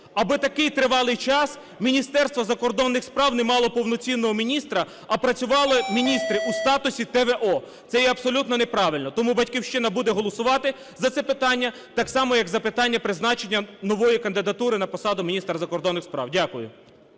аби такий тривалий час Міністерство закордонних справ не мало повноцінного міністра, а працювали міністри у статусі т.в.о. Це є абсолютно неправильно. Тому "Батьківщина" буде голосувати за це питання так само, як за питання призначення нової кандидатури на посаду міністра закордонних справ. Дякую.